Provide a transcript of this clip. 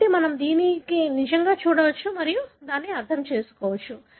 కాబట్టి మనము నిజంగా చూడవచ్చు మరియు దానిని అర్థంచేసుకోవచ్చు